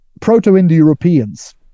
Proto-Indo-Europeans